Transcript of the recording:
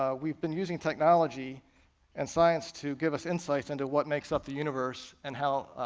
ah we've been using technology and science to give us insight into what makes up the universe and how